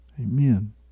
Amen